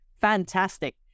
fantastic